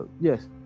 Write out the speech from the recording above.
Yes